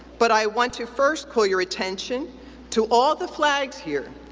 but i want to first call your attention to all the flags here.